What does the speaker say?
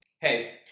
Hey